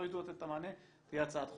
לא יידעו לתת את המענה תהיה הצעת חוק.